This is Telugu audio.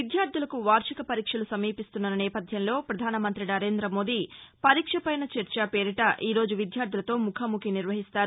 విద్యార్దులకు వార్షిక పరీక్షలు సమీపిస్తున్న నేపధ్యంలో పధానమంతి నరేంద మోదీ పరీక్ష పైన చర్చ పేరిట ఈరోజు విద్యార్దులతో ముఖాముఖి నిర్వహిస్తారు